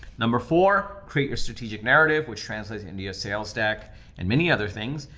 number four, create your strategic narrative, which translates into your sales deck and many other things.